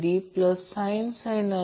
तर हा line current आहे